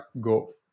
go